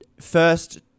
first